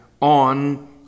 on